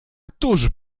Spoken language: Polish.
któż